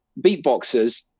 beatboxers